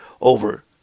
over